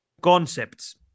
concepts